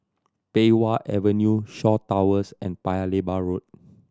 Pei Wah Avenue Shaw Towers and Paya Lebar Road